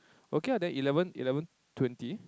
okay lah then eleven eleven twenty